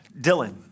Dylan